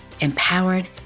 empowered